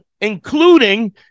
including